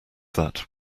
that